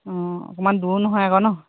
অঁ অকণমান দূৰো নহয় আকৌ ন